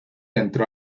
entró